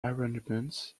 arrangements